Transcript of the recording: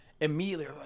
immediately